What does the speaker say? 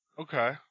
okay